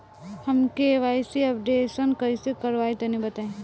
हम KYC updation कइसे करवाई तनि बताई?